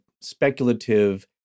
speculative